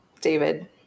David